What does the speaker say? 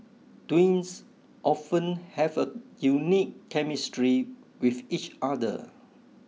twins often have a unique chemistry with each other